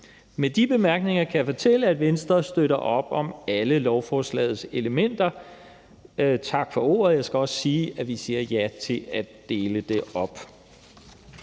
Med de bemærkninger kan jeg fortælle, at Venstre støtter op om alle lovforslagets elementer. Jeg skal også sige, at vi siger ja til at dele forslaget op.